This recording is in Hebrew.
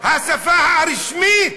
השפה הרשמית,